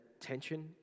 tension